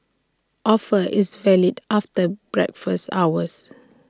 offer is valid after breakfast hours